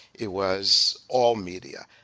it was all media.